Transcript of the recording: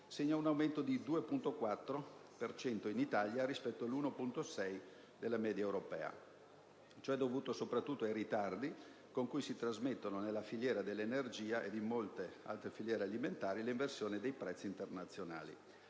segna un aumento del 2,4 per cento in Italia, rispetto all'1,6 della media europea. Ciò è dovuto soprattutto ai ritardi con cui si trasmettono sia nella filiera dell'energia sia, ancor di più, in molte filiere alimentari, le inversioni dei prezzi internazionali.